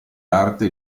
arte